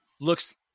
Looks